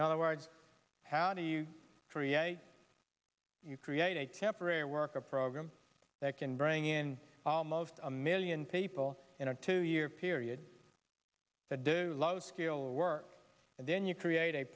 now the words how do you create a temporary worker program that can bring in almost a million people in a two year period that do low skill work and then you create a